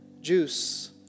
juice